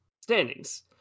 standings